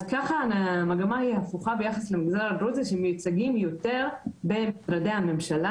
אז כך המגמה היא הפוכה ביחס למגזר הדרוזי שמיוצגים יותר במשרדי הממשלה.